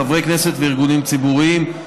חברי כנסת וארגונים ציבוריים,